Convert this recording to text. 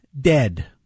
dead